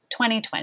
2020